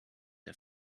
der